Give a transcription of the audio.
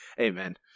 Amen